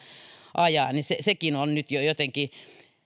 että sekin on nyt jo jotenkin